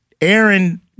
Aaron